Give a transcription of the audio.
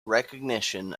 recognition